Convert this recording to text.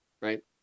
right